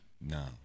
No